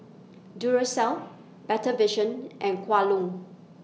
Duracell Better Vision and Kwan Loong